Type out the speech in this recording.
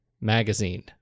Magazine